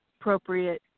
appropriate